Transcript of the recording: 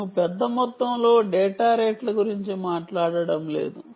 మేము పెద్ద మొత్తంలో డేటా రేట్ల గురించి మాట్లాడటం లేదు